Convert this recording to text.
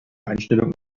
einstellung